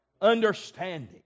Understanding